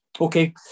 Okay